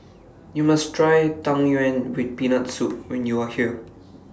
YOU must Try Tang Yuen with Peanut Soup when YOU Are here